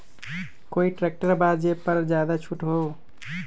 कोइ ट्रैक्टर बा जे पर ज्यादा छूट हो?